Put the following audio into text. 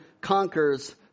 conquers